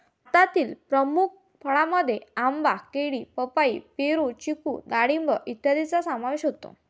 भारतातील प्रमुख फळांमध्ये आंबा, केळी, पपई, पेरू, चिकू डाळिंब इत्यादींचा समावेश होतो